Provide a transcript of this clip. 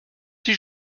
six